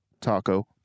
taco